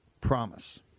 promise